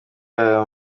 aya